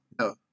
no